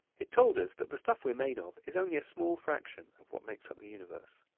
it told us that the stuff we're made of is only a small fraction of what makes up the universe.